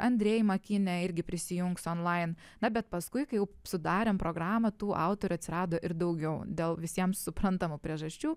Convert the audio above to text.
andrėj makine irgi prisijungs onlain na bet paskui kai jau sudarėm programą tų autorių atsirado ir daugiau dėl visiems suprantamų priežasčių